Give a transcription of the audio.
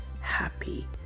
happy